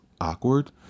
awkward